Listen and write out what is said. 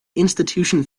institution